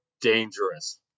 dangerous